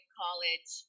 college